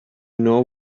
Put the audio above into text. know